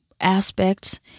aspects